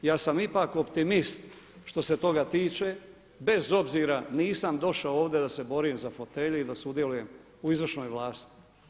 Ja sam ipak optimist što se toga tiče bez obzira nisam došao ovdje da se borim za fotelje i da sudjelujem u izvršnoj vlasti.